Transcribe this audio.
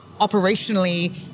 operationally